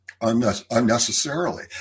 unnecessarily